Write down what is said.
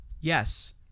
Yes